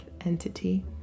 entity